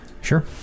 Sure